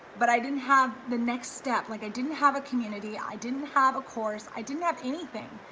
but i didn't have the next step, like i didn't have a community, i didn't have a course, i didn't have anything.